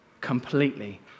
completely